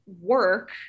work